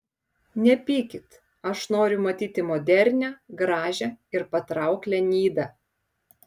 nepykit aš noriu matyti modernią gražią ir patrauklią nidą